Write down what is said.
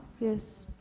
Yes